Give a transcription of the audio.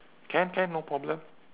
can can no problem